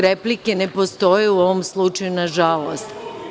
Replike ne postoje u ovom slučaju, nažalost.